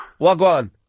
Wagwan